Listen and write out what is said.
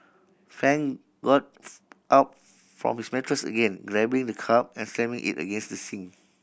fan got up from his mattress again grabbing the cup and slamming it against the sink